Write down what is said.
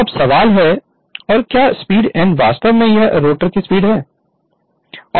तो अब सवाल है और क्या स्पीड n वास्तव में यह रोटर की स्पीड है